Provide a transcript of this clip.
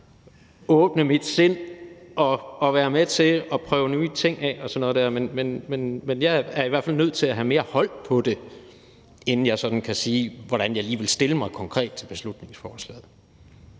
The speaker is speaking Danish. åbne mit sind og være med til at prøve nye ting af og sådan noget der, men jeg er i hvert fald nødt til at have mere hold på det, inden jeg sådan kan sige, hvordan jeg lige vil stille mig konkret til beslutningsforslaget.